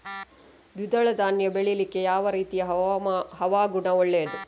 ದ್ವಿದಳ ಧಾನ್ಯ ಬೆಳೀಲಿಕ್ಕೆ ಯಾವ ರೀತಿಯ ಹವಾಗುಣ ಒಳ್ಳೆದು?